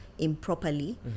improperly